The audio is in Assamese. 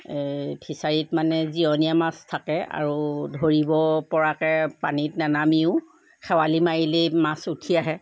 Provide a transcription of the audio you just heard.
ফিছাৰীত মানে জীয়নীয়া মাছ থাকে আৰু ধৰিব পৰাকৈ পানীত নানামিও খেৱালি মাৰিলেই মাছ উঠি আহে